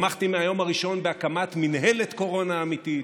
ותמכתי מהיום הראשון בהקמת מינהלת קורונה אמיתית,